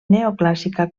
neoclàssica